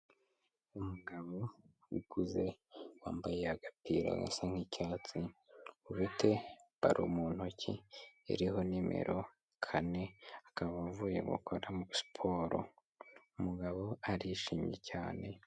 Umugabo ukuze wambaye agapira gasa nk'icyatsi, ufite balo mu ntoki iriho nimero kane, akaba avuye gukora siporo, umugabo arishimye cyane.